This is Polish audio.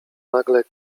nagle